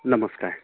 নমস্কাৰ